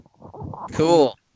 Cool